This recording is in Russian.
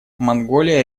монголия